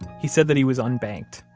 he said that he was unbanked.